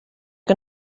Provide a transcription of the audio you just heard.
que